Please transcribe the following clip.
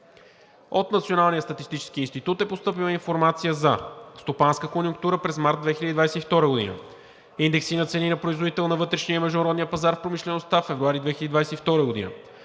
От Националния статистически институт е постъпила информация за: „Стопанска конюнктура през март 2022 г.“; „Индекси на цени на производител на вътрешния и международния пазар в промишлеността – февруари 2022 г.“;